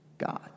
god